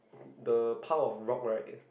the pile of rock right